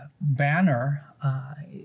banner